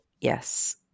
yes